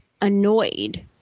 annoyed